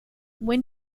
when